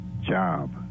job